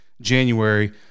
January